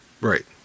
Right